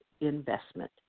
investment